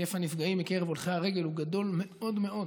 והיקף הנפגעים מקרב הולכי הרגל הוא גדול מאוד מאוד,